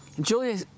Julia